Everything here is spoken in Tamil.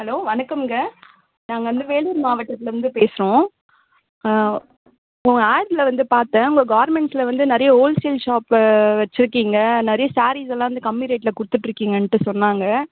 ஹலோ வணக்கம்ங்க நாங்கள் வந்து வேலூர் மாவட்டத்துலேருந்து பேசுகிறோம் உங்கள் ஆட்டில் வந்து பார்த்தேன் உங்கள் கார்மெண்ட்ஸ்சில் வந்து நிறைய ஹோல் சேல் ஷாப்பு வைச்சுருக்கீங்க நிறைய ஸேரீஸ் எல்லாம் வந்து கம்மி ரேட்டில் கொடுத்துட்ருக்கீங்கன்ட்டு சொன்னாங்க